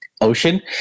ocean